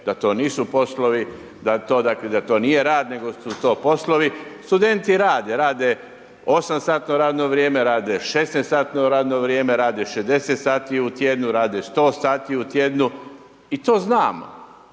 da to nisu poslovi, da to nije rad, nego su to poslovi. Studenti rade, rade 8 satno radno vrijeme, rade 16 satno radno vrijeme, rade 60 sati u tjednu, rade 100 sati u tjednu i to znamo.